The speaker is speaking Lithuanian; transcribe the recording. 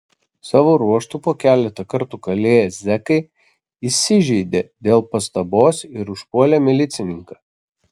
savo ruožtu po keletą kartų kalėję zekai įsižeidė dėl pastabos ir užpuolė milicininką